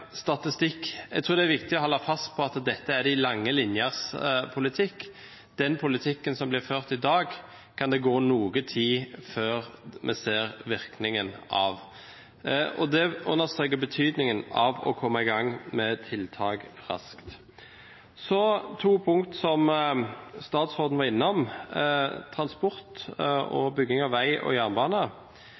statistikk. Jeg tror det er viktig å holde fast ved at dette er de lange linjers politikk – den politikken som blir ført i dag, kan det gå noe tid før vi ser virkningen av. Det understreker betydningen av å komme i gang med tiltak raskt. Så to punkter som statsråden var innom: transport og bygging av vei og jernbane.